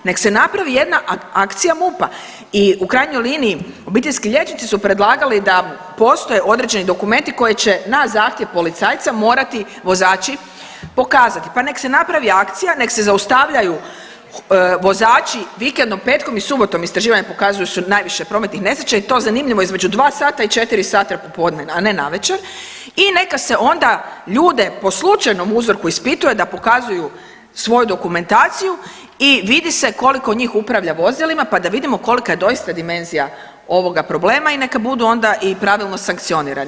Nek se napravi jedna akcija MUP-a i u krajnjoj liječnici obiteljski liječnici su predlagali da postoje određeni dokumenti koji će na zahtjev policajca morati vozači pokazati, pa nek se napravi akcija, nek se zaustavljaju vozači vikendom petkom i subotom, istraživanja pokazuju da su najviše prometnih nesreća i to zanimljivo između dva sata i četiri sata popodne, a ne navečer i neka se onda ljude po slučajno uzorku ispituje da pokazuju svoju dokumentaciju i vidi se koliko njih upravlja vozilima, pa da vidimo kolika je doista dimenzija ovoga problema i neka budu onda i pravilno sankcionirani.